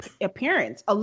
appearance